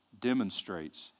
demonstrates